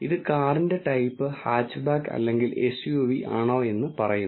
ഇത് കാറിന്റെ type hatchback അല്ലെങ്കിൽ എസ്യുവി ആണോയെന്ന് പറയുന്നു